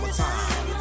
time